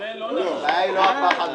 הבעיה היא לא הפחד מזה.